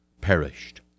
perished